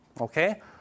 Okay